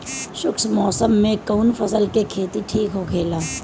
शुष्क मौसम में कउन फसल के खेती ठीक होखेला?